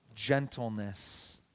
Gentleness